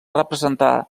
representar